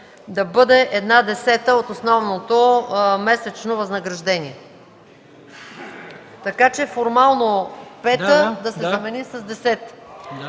Да.